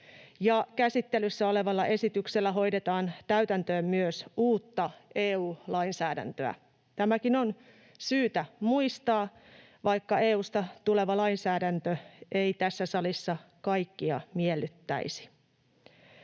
käsittelyssä olevalla esityksellä hoidetaan täytäntöön myös uutta EU lainsäädäntöä. Tämäkin on syytä muistaa, vaikka EU:sta tuleva lainsäädäntö ei tässä salissa kaikkia miellyttäisi.